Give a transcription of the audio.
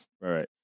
right